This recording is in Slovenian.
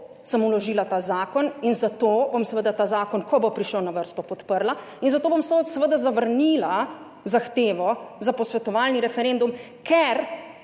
sem vložila ta zakon in zato bom seveda ta zakon, ko bo prišel na vrsto, podprla. In zato bom seveda zavrnila zahtevo za posvetovalni referendum, ker